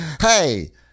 Hey